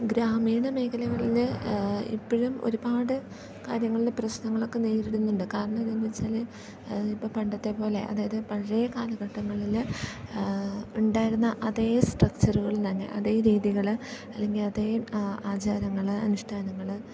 ഗ്രാമീണ മേഖലകളിൽ ഇപ്പോഴും ഒരുപാട് കാര്യങ്ങളിൽ പ്രശ്നങ്ങളൊക്കെ നേരിടുന്നുണ്ട് കാരണം എന്തെന്നു വെച്ചാൽ ഇപ്പം പണ്ടത്തെപ്പോലെ അതായത് പഴയ കാലഘട്ടങ്ങളിൽ ഉണ്ടായിരുന്ന അതേ സ്ട്രക്ച്ചറുകൾ തന്നെ അതേ രീതികൾ അല്ലെങ്കിൽ അതേ ആചാരങ്ങൾ അനുഷ്ഠാനങ്ങൾ